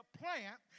plant